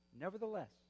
Nevertheless